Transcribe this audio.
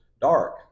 dark